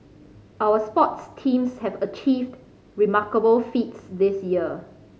our sports teams have achieved remarkable feats this year